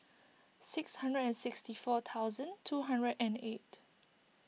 six hundred and sixty four thousand two hundred and eight